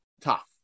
Tough